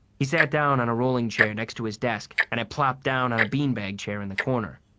he sat down on a rolling chair next to his desk and i plopped down on a beanbag chair in the corner.